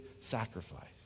sacrifice